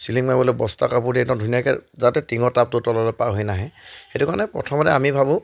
ceiling মাৰিবলৈ বস্তা কাপোৰ দি একদম ধুনীয়াকৈ যাতে টিঙৰ তাপটো তললৈ পাৰ হৈ নাহে সেইটো কাৰণে প্ৰথমতে আমি ভাবোঁ